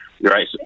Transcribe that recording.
right